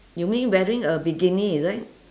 you mean wearing a bikini is it